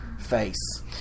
face